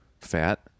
Fat